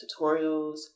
tutorials